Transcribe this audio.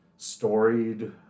storied